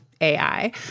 AI